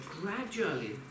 gradually